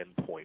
endpoint